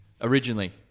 Originally